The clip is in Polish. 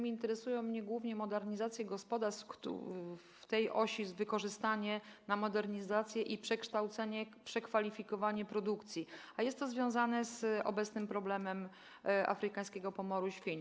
Interesują mnie głównie modernizacje gospodarstw w osi dotyczącej wykorzystania na modernizację i przekształcenie, przekwalifikowanie produkcji, a jest to związane z obecnym problemem afrykańskiego pomoru świń.